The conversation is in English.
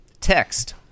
Text